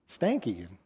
stanky